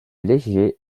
léger